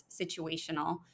situational